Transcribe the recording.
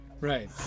Right